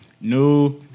new